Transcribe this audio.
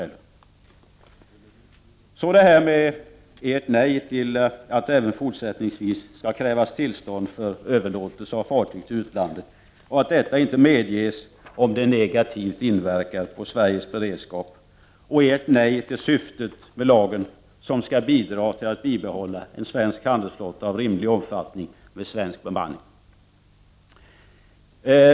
Låt mig så kommentera ert nej till att det även fortsättningsvis skall krävas tillstånd för överlåtelse av fartyg till utlandet och att sådan inte medges om det negativt inverkar på Sveriges beredskap. Jag skall också kommentera ert nej till vårt syfte med lagen, nämligen att bidra till att bibehålla en svensk handelsflotta av rimlig omfattning med svensk bemanning.